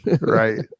Right